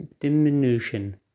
Diminution